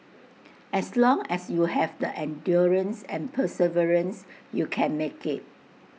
as long as you have the endurance and perseverance you can make IT